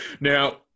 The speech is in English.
Now